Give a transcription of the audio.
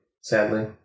sadly